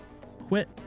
quit